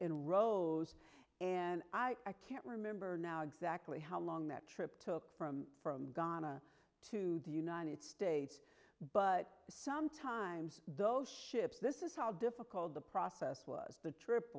in rows and i can't remember now exactly how long that trip took from from ghana to the united states but sometimes those ships this is how difficult the process was the trip